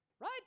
right